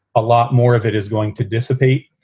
a lot more of it is going to dissipate.